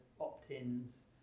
opt-ins